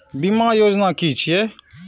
बीमा योजना कि छिऐ?